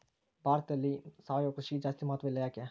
ನಮ್ಮ ಭಾರತದಲ್ಲಿ ಸಾವಯವ ಕೃಷಿಗೆ ಜಾಸ್ತಿ ಮಹತ್ವ ಇಲ್ಲ ಯಾಕೆ?